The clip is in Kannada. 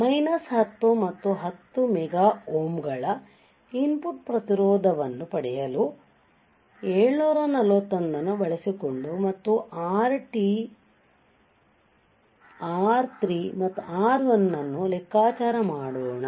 ಮೈನಸ್ 10 ಮತ್ತು 10 ಮೆಗಾ ಓಮ್ಗಳ ಇನ್ಪುಟ್ ಪ್ರತಿರೋಧವನ್ನು ಪಡೆಯಲು 741 ಅನ್ನು ಬಳಸಿಕೊಂಡು ಮತ್ತು RtRsಮತ್ತು R1 ಅನ್ನು ಲೆಕ್ಕಾಚಾರ ಮಾಡೋಣ